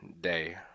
day